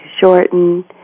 shorten